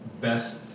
best